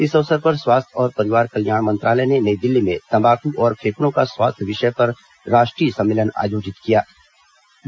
इस अवसर पर स्वास्थ्य और परिवार कल्याण मंत्रालय ने नई दिल्ली में तम्बाकू और फेफड़ों का स्वास्थ्य विषय पर राष्ट्रीय सम्मेलन आयोजित किया है